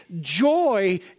joy